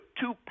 two